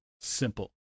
simple